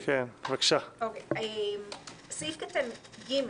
סיעה שעד יום,